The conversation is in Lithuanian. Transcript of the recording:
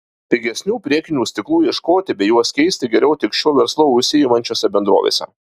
pigesnių priekinių stiklų ieškoti bei juos keisti geriau tik šiuo verslu užsiimančiose bendrovėse